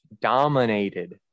Dominated